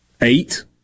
eight